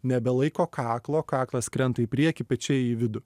nebelaiko kaklo kaklas krenta į priekį pečiai į vidų